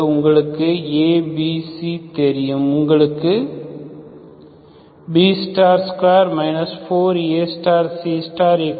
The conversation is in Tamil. உங்களுக்கு A B C தெரியும் உங்களுக்கு B2 4ACJ2